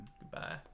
Goodbye